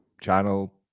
channel